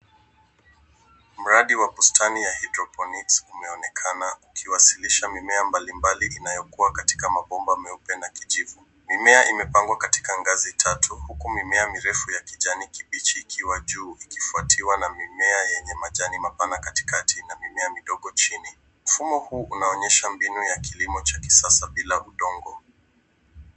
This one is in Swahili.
Mradi wa bustani ya hidroponiki umeonekana ukionyesha mimea mbalimbali inayokua katika mabomba meupe na kijivu. Mimea imepangwa katika ngazi tatu, huku mimea mirefu ya kijani kibichi ikiwa juu, ikifuatiwa na mimea yenye majani mapana katikati na mimea midogo chini. Mfumo huu unaonyesha mbinu ya kilimo cha kisasa bila kutumia udongo.